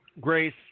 grace